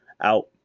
out